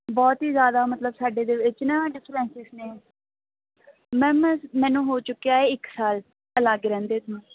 ਬਹੁਤ ਹੀ ਜ਼ਿਆਦਾ ਮਤਲਬ ਸਾਡੇ ਦਿਲ ਵਿੱਚ ਨਾ ਡਿਫ਼ਰੈਸਿਜ਼ ਨੇ ਮੈਮ ਮੈ ਮੈਨੂੰ ਹੋ ਚੁੱਕਿਆ ਏ ਇੱਕ ਸਾਲ ਅਲੱਗ ਰਹਿੰਦੇ ਨੂੰ